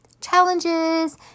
challenges